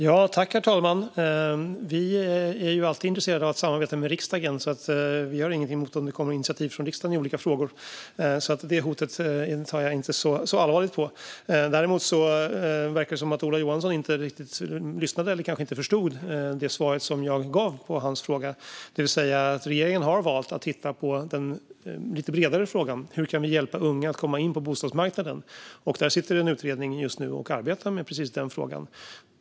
Herr talman! Vi är alltid intresserade av att samarbeta med riksdagen och har ingenting emot att det kommer initiativ från riksdagen i olika frågor, så det hotet tar jag inte så allvarligt på. Det verkar som att Ola Johansson inte riktigt lyssnade eller kanske inte förstod det svar jag gav på hans fråga, det vill säga att regeringen har valt att titta på den lite bredare frågan om hur vi kan hjälpa unga att komma in på bostadsmarknaden. Det sitter en utredning just nu och arbetar med precis den frågan.